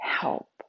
help